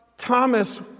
Thomas